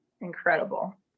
incredible